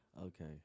okay